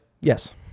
Yes